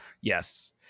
yes